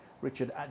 Richard